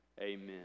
Amen